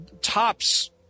tops